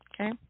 Okay